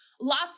lots